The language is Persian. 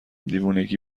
دیوونگی